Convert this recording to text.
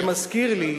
זה מזכיר לי,